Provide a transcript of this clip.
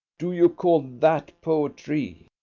do you call that poetry?